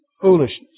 Foolishness